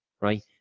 right